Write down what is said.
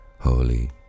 holy